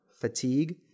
fatigue